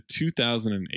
2008